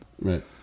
Right